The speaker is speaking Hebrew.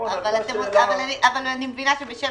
אבל אני מבינה שבשל